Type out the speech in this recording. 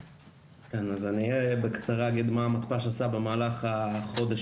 אז בקצרה אני אגיד מה המתפ"ש עשה במהלך החודש,